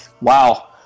Wow